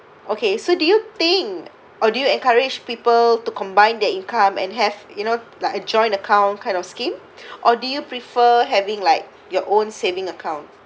okay so do you think or do you encourage people to combine their income and have you know like a joint account kind of scheme or do you prefer having like your own saving account